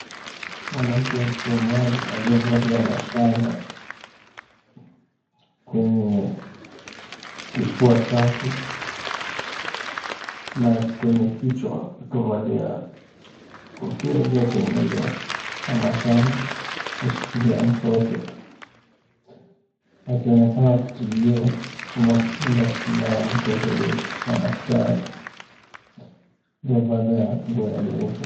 Mwanamke Msomali aliyevalia mashanga kwenye kifua chake na kwenye kichwa amevalia kofia iliyotengenezwa na mashanga, ameshikilia mtoto akionekana kutibiwa ama kudunga sindano mtoto huyo na daktari aliyevalia nguo ya nyeupe.